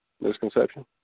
misconception